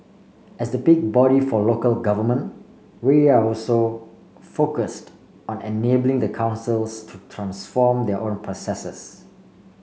as the peak body for local government we're also focused on enabling the councils to transform their own processes